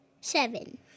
Seven